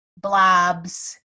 blobs